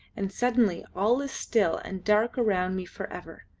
and suddenly all is still and dark around me for ever.